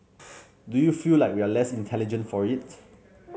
do you feel like we are less intelligent for it